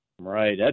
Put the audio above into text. Right